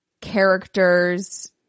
characters